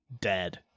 dead